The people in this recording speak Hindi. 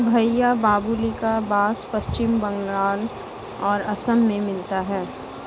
भईया बाबुल्का बास पश्चिम बंगाल और असम में मिलता है